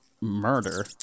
Murder